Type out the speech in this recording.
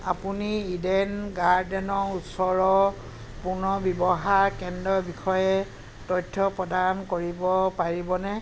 আপুনি ইডেন গাৰ্ডেনৰ ওচৰৰ পুনৰ্ব্যৱহাৰ কেন্দ্ৰৰ বিষয়ে তথ্য প্ৰদান কৰিব পাৰিবনে